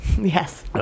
Yes